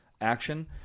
action